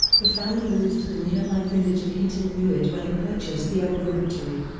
the family moved to the nearby village of hinton blewett where they purchased the old rectory,